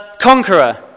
Conqueror